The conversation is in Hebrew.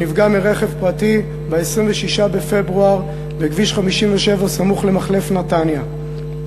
הוא נפגע מרכב פרטי ב-26 בפברואר בכביש סמוך למחלף נתניה.